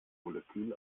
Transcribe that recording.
molekül